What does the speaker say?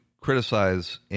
criticize